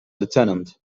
lieutenant